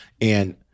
And-